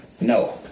no